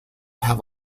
have